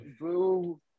boo